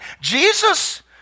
Jesus